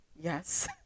yes